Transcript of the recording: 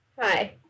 Hi